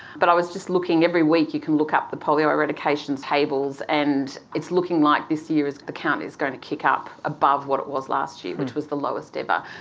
but i was just looking, every week you can look up the polio eradication tables and it's looking like this year the count is going to kick up above what it was last year, which was the lowest ever.